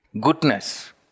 goodness